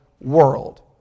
world